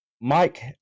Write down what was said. mike